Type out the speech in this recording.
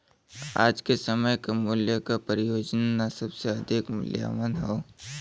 आज के समय क मूल्य क परियोजना सबसे अधिक मूल्यवान हौ